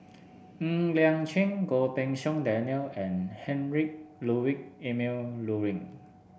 Ng Liang Chiang Goh Pei Siong Daniel and Heinrich Ludwig Emil Luering